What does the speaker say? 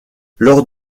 lors